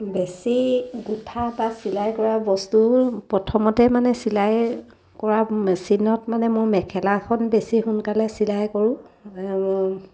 বেছি গোঁঠা বা চিলাই কৰা বস্তুৰ প্ৰথমতে মানে চিলাই কৰা মেচিনত মানে মোৰ মেখেলাখন বেছি সোনকালে চিলাই কৰোঁ